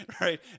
right